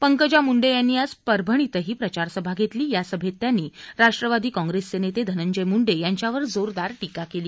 पंकजा मुंडे यांनी आज परभणीतही प्रचारसभा घेतली या सभेत त्यांनी राष्ट्रवादी काँग्रेसचे नेते धनंजय मुंडे यांच्यावर जोरदार टीका केली